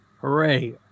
Hooray